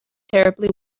terribly